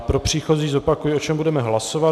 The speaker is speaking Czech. Pro příchozí zopakuji, o čem budeme hlasovat.